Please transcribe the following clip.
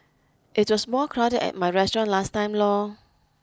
it was more crowded at my restaurant last time lor